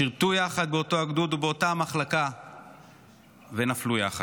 שירתו יחד באותו הגדוד ובאותה המחלקה ונפלו יחד.